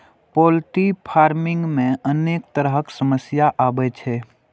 poultry farming मे अनेक तरहक समस्या आबै छै